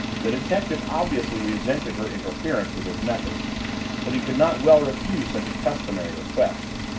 the detective obviously resented her interference with his methods but he could not well refuse such a customary request.